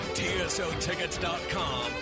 tsotickets.com